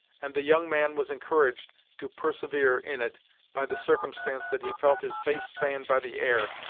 and the young man was encouraged to persevere in it by the circumstance that he felt his face fanned by the air,